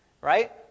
right